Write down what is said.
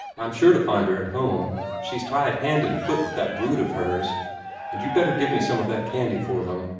i'm sure to find her at home she's tied hand and foot with that brood of hers and you'd better give me some of that candy for them.